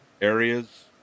areas